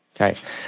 Okay